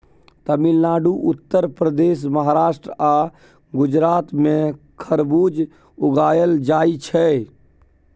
तमिलनाडु, उत्तर प्रदेश, महाराष्ट्र आ गुजरात मे खरबुज उगाएल जाइ छै